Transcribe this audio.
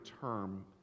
term